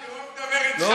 לא, אני רואה שהוא מדבר איתך.